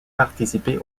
participer